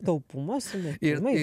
taupumo sumetimais